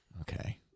Okay